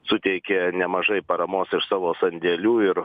suteikia nemažai paramos ir savo sandėlių ir